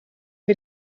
wir